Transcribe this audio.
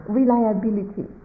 reliability